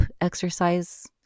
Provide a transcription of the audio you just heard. exercise